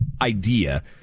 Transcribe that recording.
idea